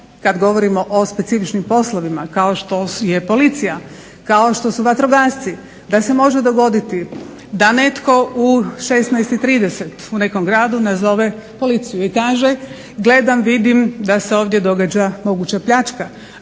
kad govorimo o specifičnim poslovima kao što je policija, kao što su vatrogasci, da se može dogoditi da netko u 16,30 u nekom gradu nazove policiju i kažem gledam, vidim da se ovdje događa moguća pljačka,